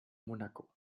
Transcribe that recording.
monaco